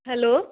hello